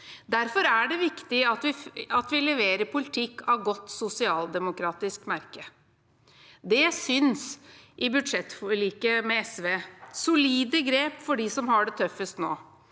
Derfor er det viktig at vi leverer politikk av godt sosialdemokratisk merke. Det synes i budsjettforliket med SV, med solide grep for dem som har det tøffest nå,